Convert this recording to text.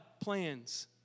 plans